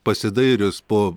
pasidairius po